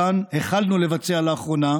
שהתחלנו לבצע לאחרונה,